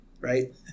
Right